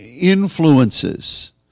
influences